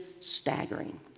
staggering